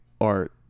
art